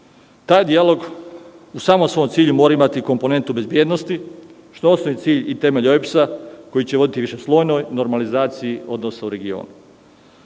Taj dijalog u samom svom cilju mora imati komponentu bezbednosti, što je osnovni cilj i temelj OEBS koji će voditi višeslojnoj normalizaciji odnosa u regionu. Narodna